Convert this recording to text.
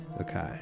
Okay